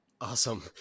Awesome